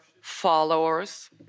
followers